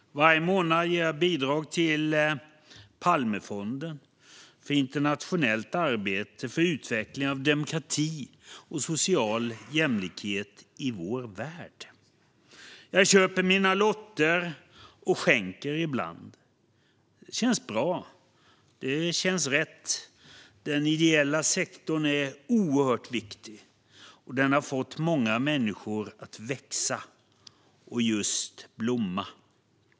Varje månad ger jag bidrag till Palmefonden för internationellt arbete och för utveckling av demokrati och social jämlikhet i vår värld. Jag köper mina lotter och skänker ibland. Det känns bra. Det känns rätt. Den ideella sektorn är oerhört viktig, och den har fått många människor att växa och just blomma.